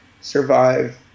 survive